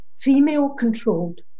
Female-controlled